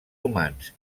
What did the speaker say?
humans